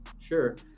Sure